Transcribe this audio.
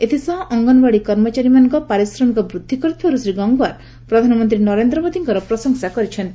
ଏଥିସହ ଅଙ୍ଗନଓ୍ୱାଡ଼ି କର୍ମଚାରୀମାନଙ୍କ ପାରିଶ୍ରମିକ ବୂଦ୍ଧି କରିଥିବାରୁ ଶ୍ରୀ ଗଙ୍ଗୱାର ପ୍ରଧାନମନ୍ତ୍ରୀ ନରେନ୍ଦ୍ର ମୋଦିଙ୍କର ପ୍ରଶଂସା କରିଛନ୍ତି